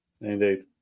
Indeed